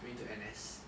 going to N_S